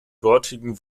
dortigen